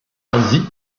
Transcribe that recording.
asie